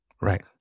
Right